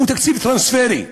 הוא תקציב טרנספרי.